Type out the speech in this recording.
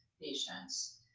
patients